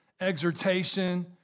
exhortation